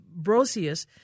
Brosius